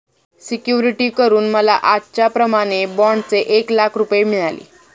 security करून मला आजच्याप्रमाणे बाँडचे एक लाख रुपये मिळाले